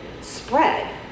spread